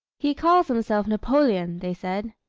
he calls himself napoleone, they said.